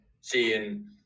seeing